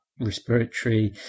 Respiratory